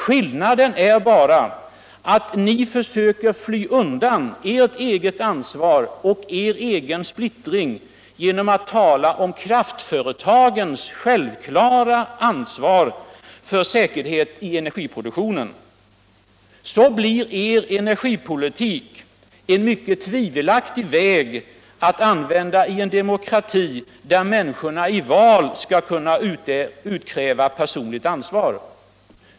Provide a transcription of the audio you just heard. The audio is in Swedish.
Skillnaden är bara att ni försöker fly undan ett eget ansvar och er egen splittring genom att tala om kraftföretagens självklara ansvar för säkerhet i energiproduktionen. Så blir er energipolitik en mycket tvivelaktig väg att använda i en demokrati, där människorna i val skall kunna utkräva politiskt ansvar.